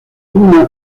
una